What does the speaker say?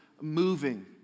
moving